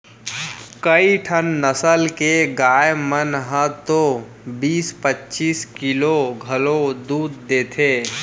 कइठन नसल के गाय मन ह तो बीस पच्चीस किलो घलौ दूद देथे